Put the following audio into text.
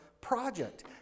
project